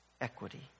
equity